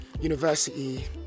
university